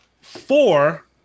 four